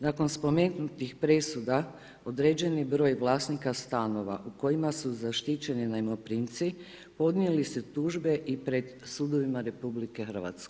Nakon spomenutih presuda, određeni broj vlasnika stanova u kojima su zaštićeni najmoprimci, podnijeli su tužbe i pred sudovima RH.